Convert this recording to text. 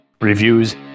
reviews